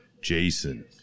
Jason